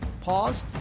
Pause